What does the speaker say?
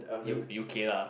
U U_K lah